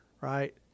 right